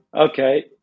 Okay